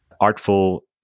Artful